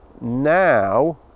now